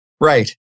Right